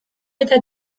eta